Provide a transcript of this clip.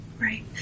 Right